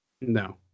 No